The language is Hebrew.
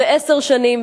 ועשר שנים,